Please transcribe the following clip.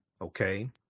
Okay